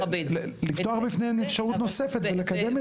לפתוח בפניהן אפשרות נוספת ולקדם את זה.